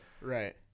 Right